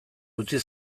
utzi